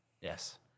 Yes